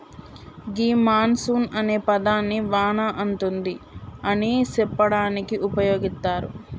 గీ monsoon అనే పదాన్ని వాన అతుంది అని సెప్పడానికి ఉపయోగిత్తారు